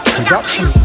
production